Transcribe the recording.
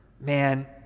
man